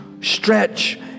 stretch